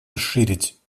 расширить